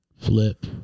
Flip